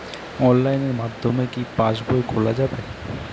অনলাইনের মাধ্যমে কি পাসবই খোলা যাবে?